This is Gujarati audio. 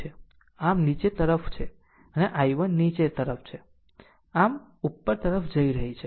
આમ દિશા નીચે તરફ છે અને આ I1 દિશા નીચે તરફ છે અને આ ઉપર તરફ જઈ રહી છે